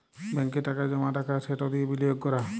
ব্যাংকে টাকা জমা রাখা আর সেট দিঁয়ে বিলিয়গ ক্যরা